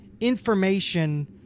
information